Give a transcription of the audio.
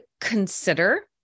consider